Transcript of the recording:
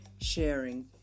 sharing